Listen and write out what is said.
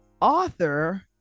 author